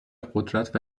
قدرت